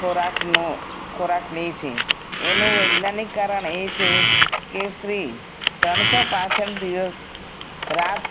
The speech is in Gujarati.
ખોરાકનો ખોરાક લે છે એનું વૈજ્ઞાનિક કારણ એ છે કે સ્ત્રી ત્રણસો પાંસઠ દિવસ રાત